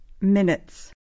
Minutes